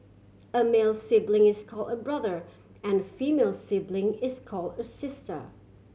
a male sibling is call a brother and female sibling is call a sister